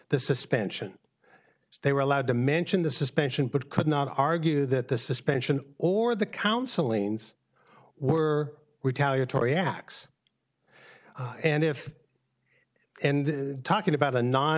the suspension they were allowed to mention the suspension but could not argue that the suspension or the counseling were retaliatory acts and if and talking about a non